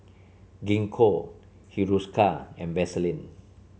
Gingko Hiruscar and Vaselin